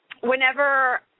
whenever –